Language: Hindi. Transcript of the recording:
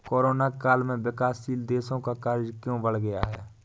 कोरोना काल में विकासशील देशों का कर्ज क्यों बढ़ गया है?